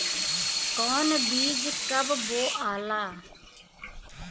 कौन बीज कब बोआला?